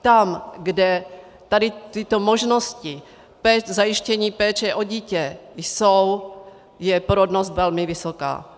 Tam, kde tyto možnosti k zajištění péče o dítě jsou, je porodnost velmi vysoká.